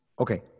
Okay